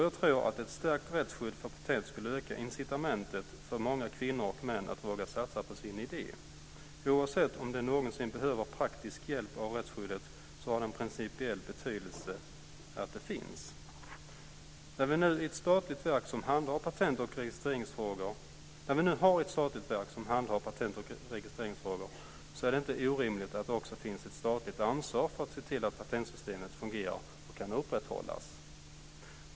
Jag tror att ett stärkt rättsskydd för patent skulle öka incitamentet för många kvinnor och män att våga satsa på sin idé. Oavsett om de någonsin behöver praktisk hjälp av rättsskyddet har det principiell betydelse att det finns. När vi nu har ett statligt verk som handhar patentoch registreringsfrågor är det inte orimligt att det också finns ett statligt ansvar för att se till att patentsystemet fungerar och kan upprätthållas.